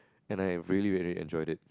and I have really really enjoy it